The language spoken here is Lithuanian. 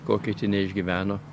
ko kiti neišgyveno